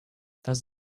does